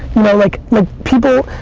know, like like, people,